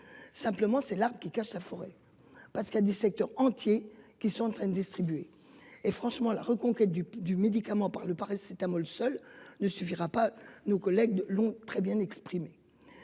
Simplement, c'est l'arbre qui cache la forêt. Parce qu'que des secteurs entiers qui sont en train de distribuer et franchement la reconquête du du médicament par le paracétamol seul ne suffira pas. Nos collègues l'ont très bien exprimé.